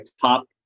top